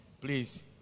please